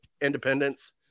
Independence